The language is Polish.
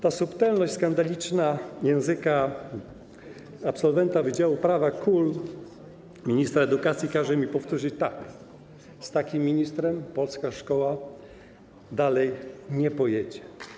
Ta skandaliczna subtelność języka absolwenta wydziału prawa KUL, ministra edukacji każe mi powtórzyć: tak, z takim ministrem polska szkoła dalej nie pojedzie.